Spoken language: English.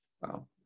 Wow